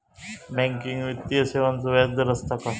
Banking वित्तीय सेवाचो व्याजदर असता काय?